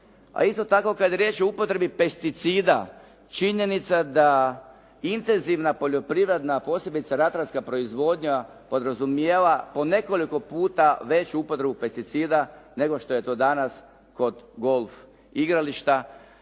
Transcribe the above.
A isto tako kada je riječ o upotrebi pesticida činjenica da intenzivna poljoprivredna, a posebice ratarska proizvodnja podrazumijeva po nekoliko puta veću upotrebu pesticida nego što je to danas kod golf igrališta